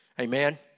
Amen